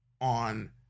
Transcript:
on